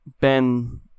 Ben